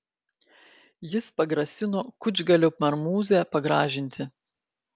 jis pagrasino kučgalio marmūzę pagražinti